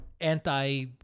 anti